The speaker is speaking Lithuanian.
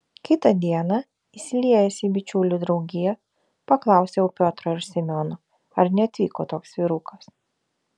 kitą dieną įsiliejęs į bičiulių draugiją paklausiau piotro ir semiono ar neatvyko toks vyrukas